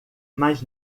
mais